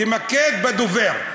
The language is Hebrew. תתמקד בדובר,